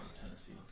Tennessee